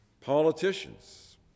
Politicians